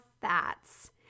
fats